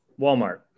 Walmart